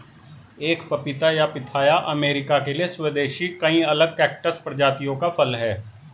एक पपीता या पिथाया अमेरिका के लिए स्वदेशी कई अलग कैक्टस प्रजातियों का फल है